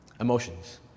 emotions